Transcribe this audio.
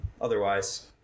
otherwise